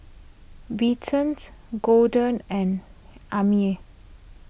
Belton's Gorden and Aimee